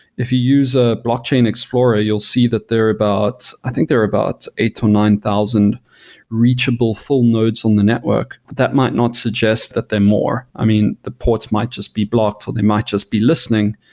if you use a blockchain explorer, you'll see that they're about i think they're about eight to nine thousand reachable reachable full nodes on the network. that might not suggest that they're more. i mean, the ports might just be blocked, or they might just be listening.